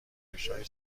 روشهای